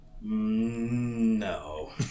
no